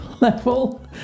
level